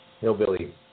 hillbilly